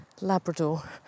Labrador